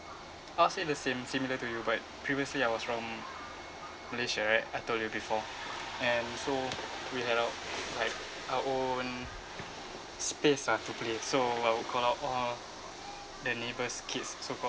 I'll say the same similar to you but previously I was from malaysia right I told you before and so we had our like our own space ah to play so I would call out all the neighbours' kids so called